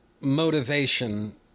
motivation